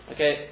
Okay